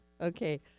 okay